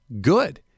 good